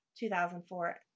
2004